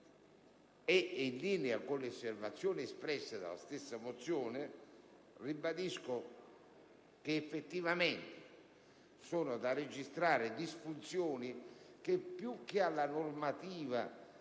In linea con le osservazioni espresse dalla stessa mozione, ribadisco che effettivamente sono da registrare alcune disfunzioni che, più che alla normativa